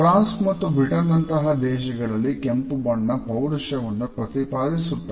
France ಮತ್ತು Britain ನಂತಹ ದೇಶಗಳಲ್ಲಿ ಕೆಂಪು ಬಣ್ಣ ಪೌರುಷವನ್ನು ಪ್ರತಿಪಾದಿಸುತ್ತದೆ